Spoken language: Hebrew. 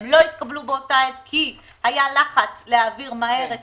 הם לא התקבלו באותה עת כי היה לחץ להעביר מהר את